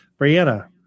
brianna